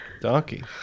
Donkey